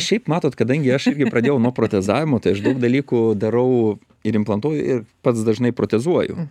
šiaip matot kadangi aš irgi pradėjau nuo protezavimo tai aš daug dalykų darau ir implantuoju ir pats dažnai protezuoju